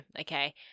okay